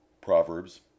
Proverbs